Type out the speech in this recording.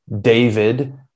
David